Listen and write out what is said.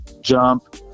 jump